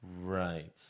Right